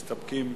להסתפק.